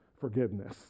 forgiveness